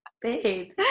Babe